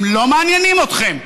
הם לא מעניינים אתכם.